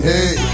Hey